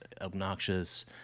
obnoxious